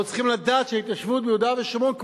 אנחנו צריכים לדעת שההתיישבות ביהודה ושומרון,